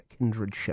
kindredship